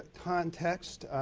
context.